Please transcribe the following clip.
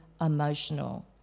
emotional